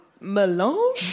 melange